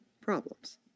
problems